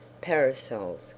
parasols